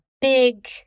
big